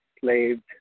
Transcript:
slaved